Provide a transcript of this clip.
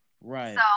right